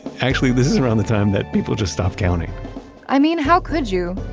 actually, this is around the time that people just stopped counting i mean, how could you,